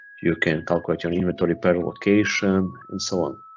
you can calculate your inventory per location and so on.